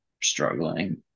struggling